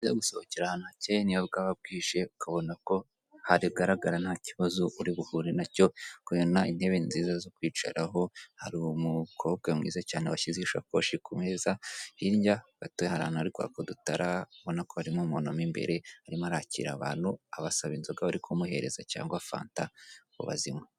Gusohokera ahantu hake niyo bwaba bwije ukabona ko hagaragara nta kibazo uri buhure nacyo ukabona intebe nziza zo kwicaraho hari umukobwa mwiza cyane washyize ishakoshi ku meza. Hirya gatoya hari ahantu hari kwaka udutara ubona ko harimo umuntu mo imbere arimo arakira abantu abasaba inzoga bari kumuhereza cyangwa fanta ngo bazinywe.